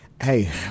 Hey